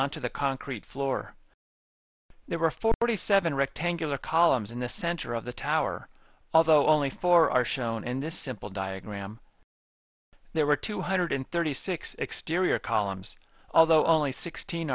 onto the concrete floor there were forty seven rectangular columns in the center of the tower although only four are shown in this simple diagram there were two hundred thirty six exterior columns although only sixteen